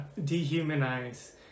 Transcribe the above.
dehumanize